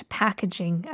packaging